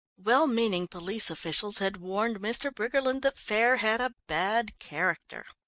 well-meaning police officials had warned mr. briggerland that faire had a bad character.